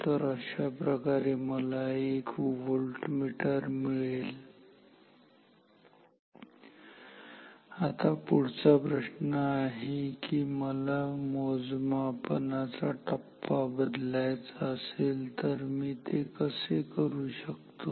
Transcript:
तर अशाप्रकारे मला एक व्होल्टमीटर मिळेल आता पुढचा प्रश्न आहे की जर मला मोजमापनाचा टप्पा बदलायचा असेल मी ते कसं करू शकतो